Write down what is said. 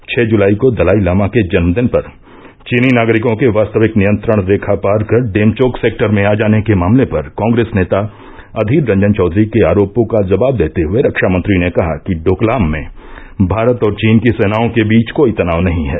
छह जुलाई को दलाई लामा के जन्मदिन पर चीनी नागरिकों के वास्तविक नियंत्रण रेखापार कर डेमचोक सेक्टर में आ जाने के मामले पर कांग्रेस नेता अधीर रंजन चौधरी के आरोपों का जवाब देते हुए रक्षामंत्री ने कहा कि डोकलाम में भारत और चीन की सेनाओं के बीच कोई तनाव नहीं है